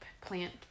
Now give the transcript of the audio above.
plant